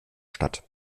statt